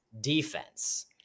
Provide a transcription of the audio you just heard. defense